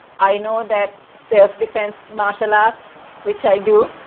i know that self defense martial arts which i do,